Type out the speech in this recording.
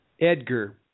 Edgar